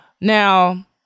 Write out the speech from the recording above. Now